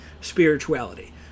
spirituality